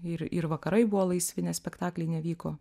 ir ir vakarai buvo laisvi nes spektakliai nevyko